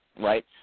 right